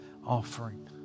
offering